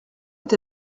est